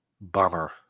bummer